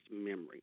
memory